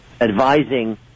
advising